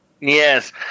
Yes